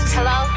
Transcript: Hello